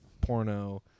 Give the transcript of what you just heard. porno